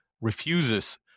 refuses